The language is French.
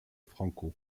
franco